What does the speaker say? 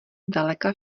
zdaleka